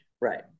Right